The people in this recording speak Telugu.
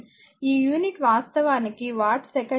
ఈ యూనిట్ వాస్తవానికి వాట్ సెకండ్ ఈ జూల్ 720 కిలోజౌల్